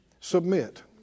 submit